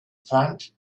front